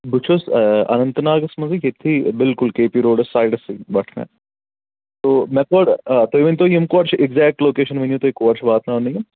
بہٕ چھُس اننت ناگس منٛزٕے ییٚتھی بالکُل کے پی روڈَس سایڈَس بٹھن تہٕ مےٚ کٔڑ تُہۍ ؤنۍتو یِم کور چھِ اِکزٮ۪کٹ لوکیٚشَن ؤنِو تُہۍ کور چھِ واتناونہٕ یِم